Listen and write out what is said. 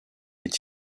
est